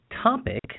topic